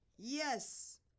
Yes